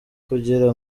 kugira